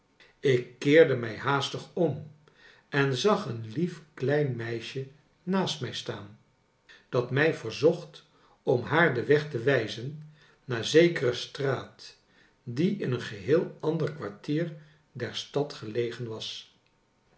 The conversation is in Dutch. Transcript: meisje naast mij staan dat mij verzocht om haar den weg te wijzen naar zekere straat die in een geheel ander kwartier der stad gelegen was